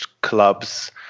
clubs